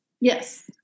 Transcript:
Yes